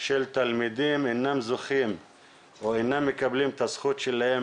של תלמידים אינם זוכים או אינם מקבלים את הזכות שלהם